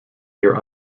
here